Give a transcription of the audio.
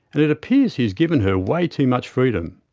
and it appears he has given her way too much freedom.